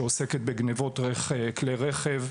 שעוסקת בגנבות כלי רכב.